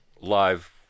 live